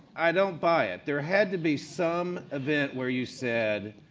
i don't buy it. there had to be some event where you said,